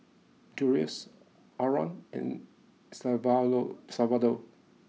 Julious Harlan and Salvador